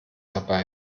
dabei